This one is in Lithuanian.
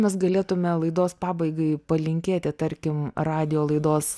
mes galėtume laidos pabaigai palinkėti tarkim radijo laidos